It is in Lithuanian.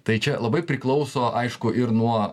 tai čia labai priklauso aišku ir nuo